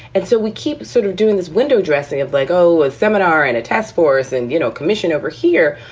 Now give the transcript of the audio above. and so we keep sort of doing this window dressing of, like oh, a seminar and a task force and, you know, commission over here.